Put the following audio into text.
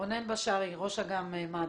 רונן בשארי, ראש אג"מ מד"א.